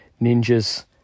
ninjas